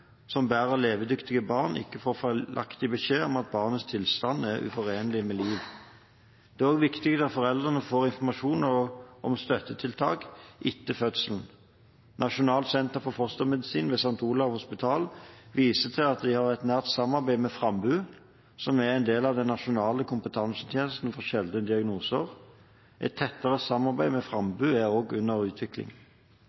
som bærer levedyktige barn, ikke får feilaktig beskjed om at barnets tilstand er uforenelig med liv. Det er også viktig at foreldrene får informasjon om støttetiltak etter fødselen. Nasjonalt senter for fostermedisin ved St. Olavs Hospital viser til at de har et nært samarbeid med Frambu, som er en del av den nasjonale kompetansetjenesten for sjeldne diagnoser. Et tettere samarbeid med